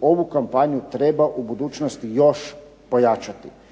ovu kampanju treba u budućnosti još pojačati.